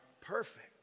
perfect